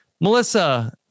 Melissa